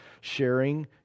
sharing